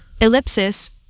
ellipsis